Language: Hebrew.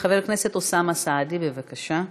חבר הכנסת אוסאמה סעדי, בבקשה.